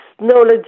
knowledge